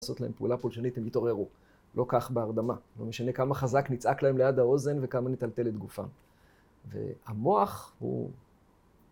לעשות להם פעולה פולשנית, הם יתעוררו. לא כך בהרדמה. לא משנה כמה חזק נצעק להם ליד האוזן וכמה נטלטל את גופם. והמוח הוא...